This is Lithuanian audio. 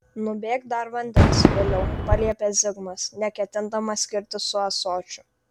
nubėk dar vandens viliau paliepė zigmas neketindamas skirtis su ąsočiu